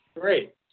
Great